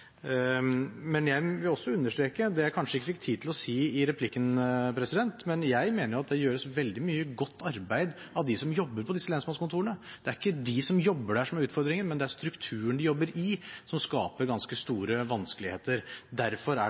Men jeg vil også understreke det jeg kanskje ikke fikk tid til å si i replikken: Jeg mener at det gjøres veldig mye godt arbeid av dem som jobber på disse lensmannskontorene. Det er ikke de som jobber der, som er utfordringen, det er strukturen de jobber i, som skaper ganske store vanskeligheter. Derfor er